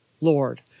Lord